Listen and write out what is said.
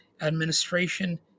administration